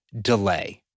delay